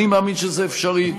אני מאמין שזה אפשרי.